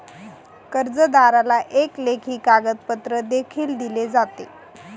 कर्जदाराला एक लेखी कागदपत्र देखील दिले जाते